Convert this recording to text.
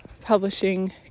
publishing